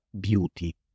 beauty